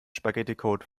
spaghetticode